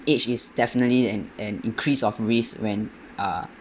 age is definitely an an increase of risk when uh